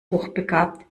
hochbegabt